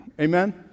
Amen